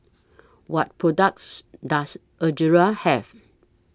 What products Does Ezerra Have